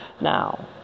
Now